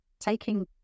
taking